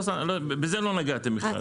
בזה לא נגעתם בכלל.